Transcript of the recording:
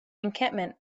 encampment